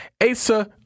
Asa